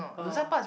oh